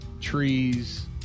trees